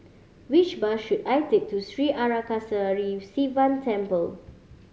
which bus should I take to Sri Arasakesari Sivan Temple